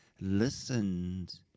listened